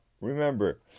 remember